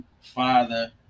father